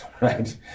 right